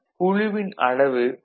குழுவின் அளவு 2i